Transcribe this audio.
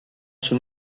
son